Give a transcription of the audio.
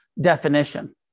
definition